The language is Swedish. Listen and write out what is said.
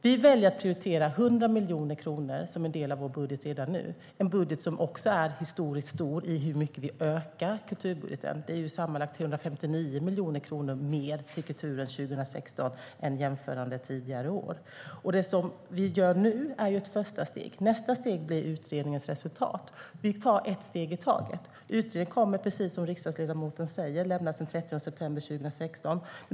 Vi väljer att prioritera 100 miljoner kronor som en del av vår budget redan nu - en budget som är historiskt stor i fråga om hur mycket vi ökar kulturbudgeten. Det är sammanlagt 359 miljoner kronor mer till kulturen 2016 än tidigare år. Det vi gör nu är ett första steg. Nästa steg blir utredningens resultat. Vi tar ett steg i taget. Utredningen kommer, precis som riksdagsledamoten säger, att lämnas den 30 september 2016.